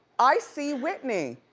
i see whitney.